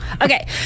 Okay